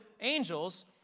angels